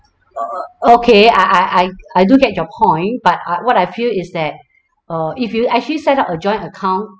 uh uh okay I I I I do get your point but I what I feel is that uh if you actually set up a joint account